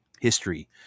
history